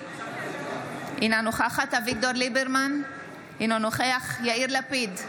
אינה נוכחת אביגדור ליברמן, אינו נוכח יאיר לפיד,